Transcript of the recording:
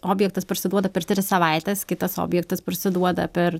objektas parsiduoda per tris savaites kitas objektas parsiduoda per